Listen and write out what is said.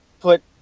put